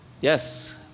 Yes